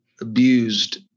abused